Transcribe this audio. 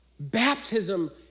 Baptism